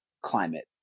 climate